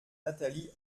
nathalie